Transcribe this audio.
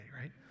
right